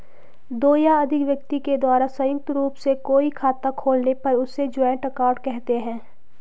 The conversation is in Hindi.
दो या अधिक व्यक्ति के द्वारा संयुक्त रूप से कोई खाता खोलने पर उसे जॉइंट अकाउंट कहते हैं